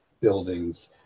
buildings